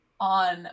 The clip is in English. on